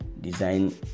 design